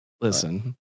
Listen